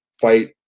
fight